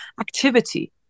activity